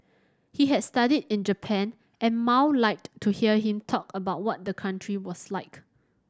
he had studied in Japan and Mao liked to hear him talk about what the country was like